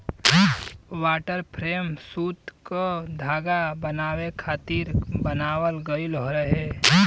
water frame सूत क धागा बनावे खातिर बनावल गइल रहे